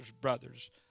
brothers